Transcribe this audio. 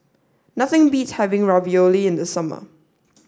nothing beats having Ravioli in the summer